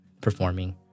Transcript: performing